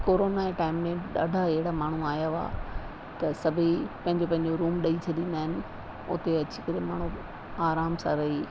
corona जे time में ॾाढा अहिड़ा माण्हू आहियां हुआ त सभई पंहिंजो पंहिंजो रूम ॾेई छॾींदा आहिनि उते अची करे माण्हू आराम सां रही